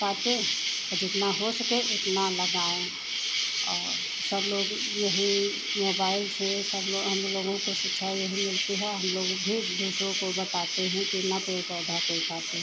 काटें और जितना हो सके उतना लगाएँ और सब लोग यही मोबाइल से सब लोग हमलोगों को शिक्षा यही मिलती है हमलोग भी दूसरों को बताते हैं कि न पेड़ पौधा कोई काटे